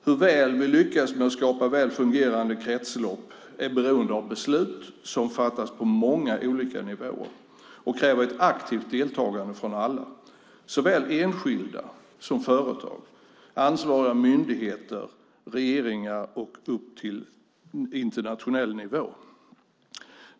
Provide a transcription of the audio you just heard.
Hur väl vi lyckas med att skapa väl fungerande kretslopp är beroende av beslut som fattas på många olika nivåer och kräver ett aktivt deltagande från alla, enskilda, företag, ansvariga myndigheter och regeringar. Det gäller ända upp till internationell nivå.